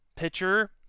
Pitcher